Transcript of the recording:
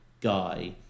guy